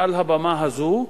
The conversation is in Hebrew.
מעל הבמה הזאת,